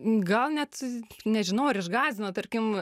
gal net nežinau ar išgąsdino tarkim